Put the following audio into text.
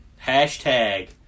Hashtag